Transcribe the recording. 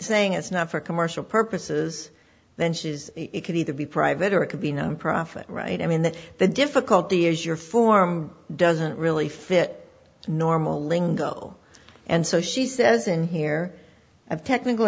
saying it's not for commercial purposes then she says it could either be private or it could be no profit right i mean the difficulty is your form doesn't really fit the normal lingo and so she says in here of technical